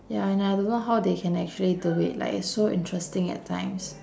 ya and I don't know how they can actually do it like it's so interesting at times